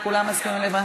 מסכימים.